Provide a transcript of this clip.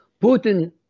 Putin